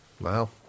Wow